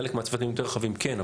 חלק מהצוותים היותר רחבים כן,